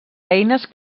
eines